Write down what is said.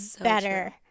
better